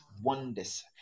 Wonders